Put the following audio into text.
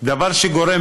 דבר שגורם